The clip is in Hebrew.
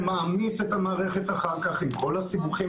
זה מעמיס את המערכת אחר-כך עם כל הסיבוכים